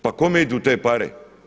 Pa kome idu te pare?